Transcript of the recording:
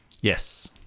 Yes